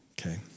okay